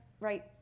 right